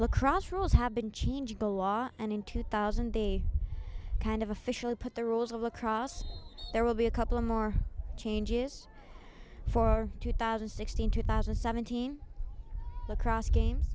lacrosse rules have been changed a lot and in two thousand they kind of officially put the rules of lacrosse there will be a couple of more changes for two thousand and sixteen two thousand and seventeen across games